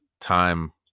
time